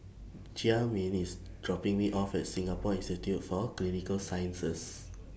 Jamin IS dropping Me off At Singapore Institute For Clinical Sciences